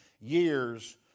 years